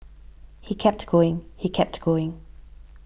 he kept going he kept going